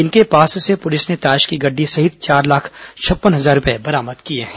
इनके पास से पुलिस ने ताश की गड्डी सहित चार लाख छप्पन हजार रूपए बरामद किए हैं